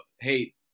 Hey